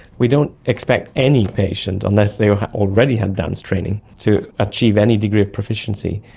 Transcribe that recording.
we don't expect any patient, unless they already have dance training, to achieve any degree of proficiency.